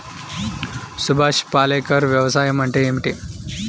సుభాష్ పాలేకర్ వ్యవసాయం అంటే ఏమిటీ?